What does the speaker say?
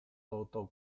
toto